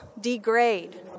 degrade